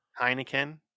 Heineken